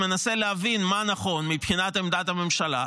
מנסה להבין מה נכון מבחינת עמדת הממשלה,